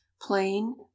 plain